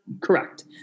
Correct